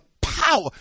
power